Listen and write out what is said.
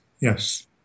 yes